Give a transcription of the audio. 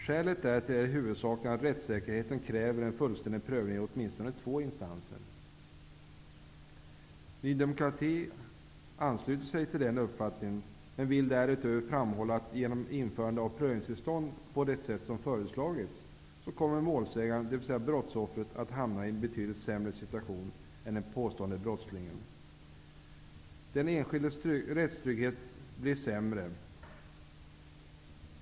Skälet därtill är huvudsakligen att rättssäkerheten kräver en fullständig prövning i åtminstone två instanser. Ny demokrati ansluter sig till den uppfattningen, men vill därutöver framhålla att genom införande av prövningstillstånd på det sätt som föreslagits kommer målsäganden, dvs. brottsoffret, att hamna i en betydligt sämre situation än den påstådde brottslingen. Den enskildes rättstrygghet blir sämre.